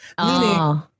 Meaning